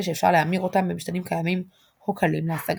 שאפשר להמיר אותם במשתנים קיימים או קלים להשגה.